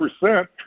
percent